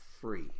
free